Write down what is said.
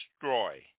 destroy